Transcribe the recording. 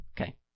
Okay